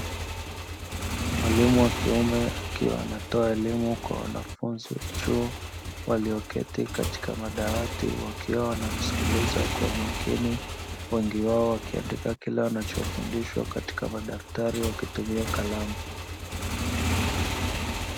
Mwalimu wa kiume akiwa anatoa elimu kwa wanafunzi wa chuo, walioketi katika madawati wakiwa wanamsikiliza kwa umakini, wengi wao wakiandika kile wanachofundishwa katika madaftari wakitumia kalamu.